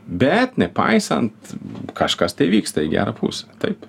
bet nepaisant kažkas tai vyksta į gerą pusę taip